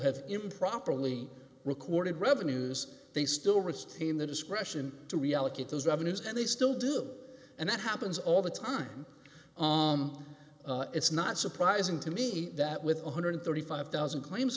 have improperly recorded revenues they still retain the discretion to reallocate those revenues and they still do and that happens all the time it's not surprising to me that with one hundred thirty five thousand claims